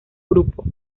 grupo